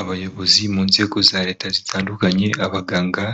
Abayobozi mu nzego za leta zitandukanye abaganga,